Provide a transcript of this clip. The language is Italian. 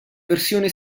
versione